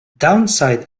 downside